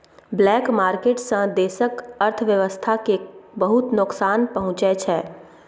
black market सँ देशक अर्थव्यवस्था केँ बहुत नोकसान पहुँचै छै